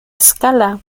escala